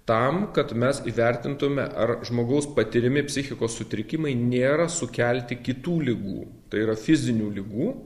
tam kad mes įvertintume ar žmogaus patiriami psichikos sutrikimai nėra sukelti kitų ligų tai yra fizinių ligų